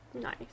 nice